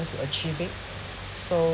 to achieve it so